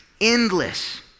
endless